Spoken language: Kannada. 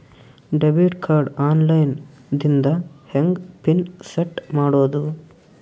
ಡೆಬಿಟ್ ಕಾರ್ಡ್ ಆನ್ ಲೈನ್ ದಿಂದ ಹೆಂಗ್ ಪಿನ್ ಸೆಟ್ ಮಾಡೋದು?